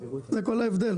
זה כל ההבדל.